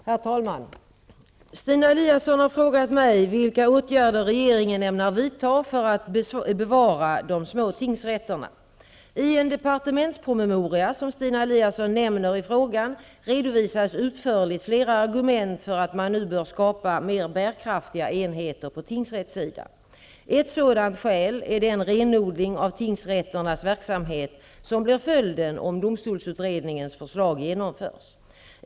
Herr talman! Stina Eliasson har frågat mig vilka åtgärder regeringen ämnar vidta för att bevara de små tingsrätterna. I den departementspromemoria som Stina Eliasson nämner i frågan redovisas utförligt flera argument för att man nu bör skapa mer bärkraftiga enheter på tingsrättssidan. Ett sådant skäl är den renodling av tingsrätternas verksamhet som blir följden om domstolsutredningens förslag genomförs.